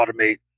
automate